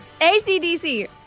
ACDC